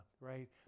right